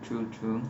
true true